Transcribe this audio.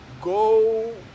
go